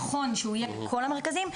נכון שהוא יהיה בכל המרכזים,